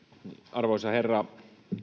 arvoisa herra